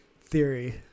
theory